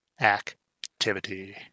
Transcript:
activity